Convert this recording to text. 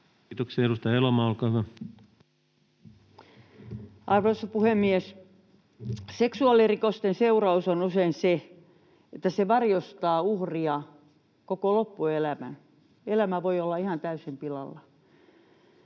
muuttamisesta Time: 20:17 Content: Arvoisa puhemies! Seksuaalirikosten seuraus on usein se, että se varjostaa uhria koko loppuelämän — elämä voi olla ihan täysin pilalla.